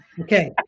Okay